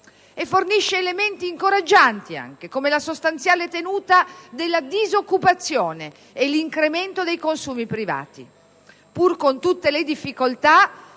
e fornisce elementi incoraggianti anche, come la sostanziale tenuta della disoccupazione e l'incremento dei consumi privati. Pur con tutte le difficoltà,